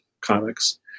comics